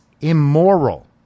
immoral